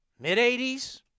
mid-80s